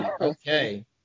Okay